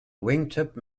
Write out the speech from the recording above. wingtip